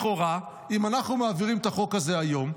לכאורה, אם אנחנו מעבירים את החוק הזה היום,